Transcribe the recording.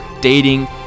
dating